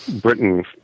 Britain